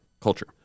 culture